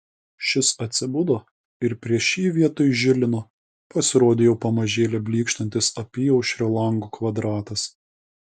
šis atsibudo ir prieš jį vietoj žilino pasirodė jau pamažėle blykštantis apyaušrio lango kvadratas